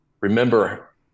remember